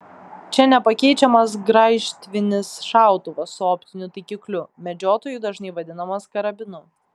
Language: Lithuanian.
čia nepakeičiamas graižtvinis šautuvas su optiniu taikikliu medžiotojų dažnai vadinamas karabinu